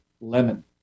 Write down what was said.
lemon